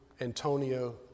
Antonio